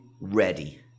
ready